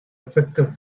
efecto